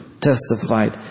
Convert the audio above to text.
testified